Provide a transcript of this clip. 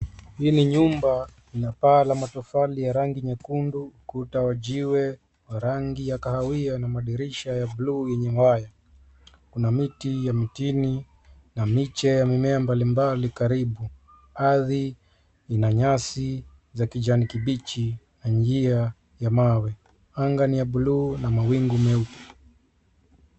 Hii ni nyumba, ina paa la matofali ya rangi nyekundu, kuta wa jiwe wa rangi ya kahawia na madirisha ya buluu yenye waya. Kuna miti ya mitini na miche ya mimea mbalimbali karibu. Ardhi ina nyasi za kijani kibichi na njia ya mawe. Anga ni ya buluu na mawingu meupe.